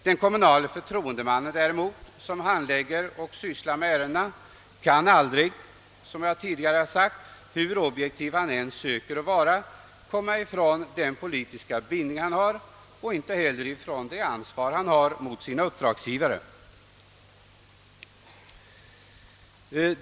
Den kommunala förtroendemannen däremot kommer aldrig, som jag tidigare har Åtgärder i syfte att fördjupa och stärka det svenska folkstyret sagt, ifrån sin politiska bindning när han handlägger ärendena, hur objektiv han än söker vara, och han kommer inte heller ifrån det ansvar han har gentemot sina uppdragsgivare.